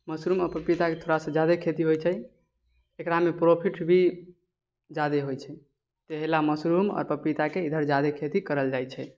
mushroom आओर पपीताके थोड़ा सा ज्यादे खेती होइ छै एकरामे प्रॉफिट भी ज्यादे होइ छै ताहिलए मशरूम आओर पपीताके इधर ज्यादे खेती करल जाइ छै